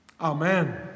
Amen